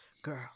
Girl